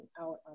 out